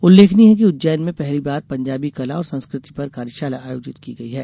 उल्लेखनीय है कि उज्जैन में पहली बार पंजाबी कला और संस्कृति पर कार्यशाला आयोजित की गई है